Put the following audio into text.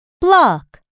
Block